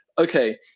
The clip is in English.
okay